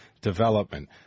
Development